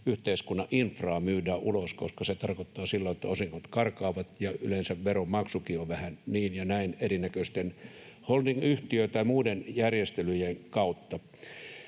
yhteiskunnan infraa myydään ulos, koska se tarkoittaa silloin sitä, että osingot karkaavat ja yleensä veronmaksukin on vähän niin ja näin erinäköisten holdingyhtiö- tai muiden järjestelyjen kautta.